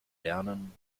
lernen